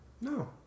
No